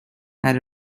had